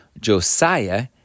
Josiah